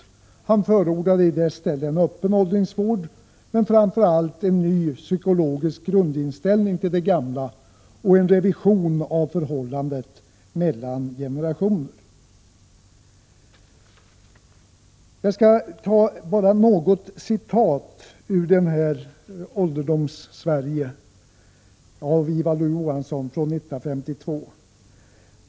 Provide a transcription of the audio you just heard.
Ivar Lo-Johansson förordade i stället öppen åldringsvård, men framför allt en ny psykologisk grundinställning till de gamla och en revision av förhållandet mellan generationer. Jag skall bara anföra något citat ur Ålderdoms-Sverige av Ivar Lo Johansson från 1952.